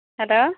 hello